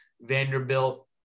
Vanderbilt